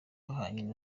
honyine